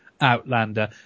Outlander